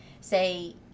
say